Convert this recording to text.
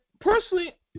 personally